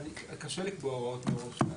קשה לקבוע הוראות מראש.